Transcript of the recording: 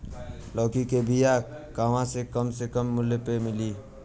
लौकी के बिया कहवा से कम से कम मूल्य मे मिली?